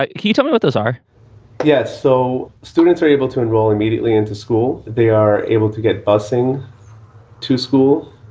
ah ketone what those are yes. so students are able to enroll immediately into school. they are able to get bussing to school.